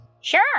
Sure